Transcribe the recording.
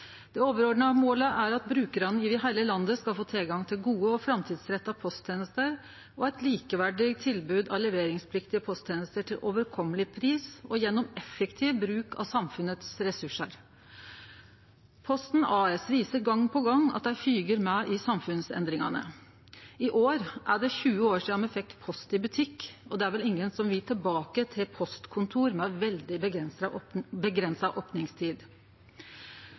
Det overordna målet er at brukarane over heile landet skal få tilgang til gode og framtidsretta posttenester og eit likeverdig tilbod av leveringspliktige posttenester til overkomeleg pris gjennom effektiv bruk av samfunnets resursar. Posten AS viser gong på gong at dei fylgjer med i samfunnsendringane. I år er det 20 år sidan me fekk Post i butikk, og det er vel ingen som vil tilbake til postkontor med veldig